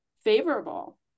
favorable